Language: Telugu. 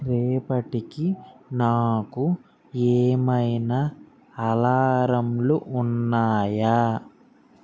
రేపటికి నాకు ఏమైనా అలారంలు ఉన్నాయా